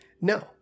no